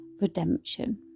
redemption